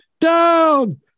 Down